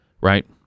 right